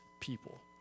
people